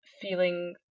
feeling